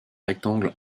rectangle